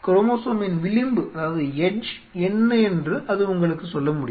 குரோமோசோமின் விளிம்பு என்ன என்று அது உங்களுக்கு சொல்ல முடியும்